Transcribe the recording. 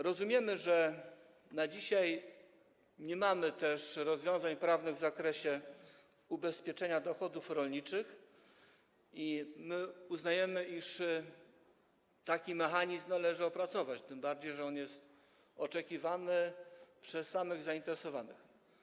Rozumiemy też, że dzisiaj nie mamy rozwiązań prawnych w zakresie ubezpieczenia dochodów rolniczych, i uznajemy, iż taki mechanizm należy opracować, tym bardziej że jest on oczekiwany przez samych zainteresowanych.